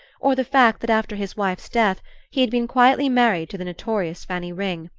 or the fact that after his wife's death he had been quietly married to the notorious fanny ring,